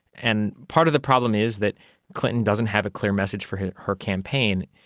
and part of the problem is that clinton doesn't have a clear message for her her campaign.